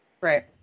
Right